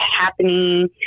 happening